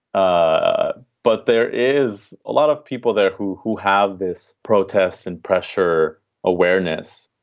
ah but there is a lot of people there who who have this protests and pressure awareness.